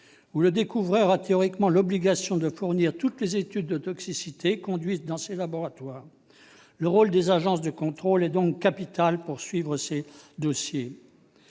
le découvreur ayant théoriquement l'obligation de fournir toutes les études de toxicité conduites dans ses laboratoires. Le rôle des agences de contrôle est donc capital pour suivre ces dossiers.